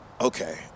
Okay